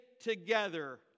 together